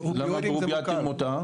למה אתם מוחקים אותם?